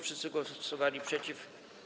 Wszyscy głosowali przeciw.